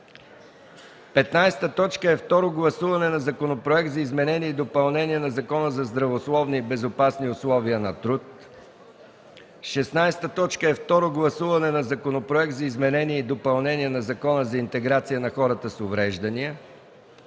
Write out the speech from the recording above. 15. Второ гласуване на Законопроекта за изменение и допълнение на Закона за здравословни и безопасни условия на труд. 16. Второ гласуване на Законопроекта за изменение и допълнение на Закона за интеграция на хората с увреждания.